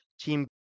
team